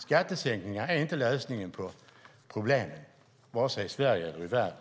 Skattesänkningar är inte lösningen på problemen, vare sig i Sverige eller i världen.